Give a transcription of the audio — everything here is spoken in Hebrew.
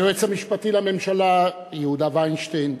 היועץ המשפטי לממשלה יהודה וינשטיין,